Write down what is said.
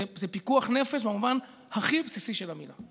זה פיקוח נפש במובן הכי בסיסי של המילה.